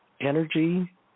energy